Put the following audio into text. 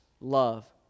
love